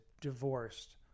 divorced